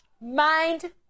mind